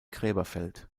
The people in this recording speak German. gräberfeld